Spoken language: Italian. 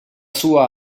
sua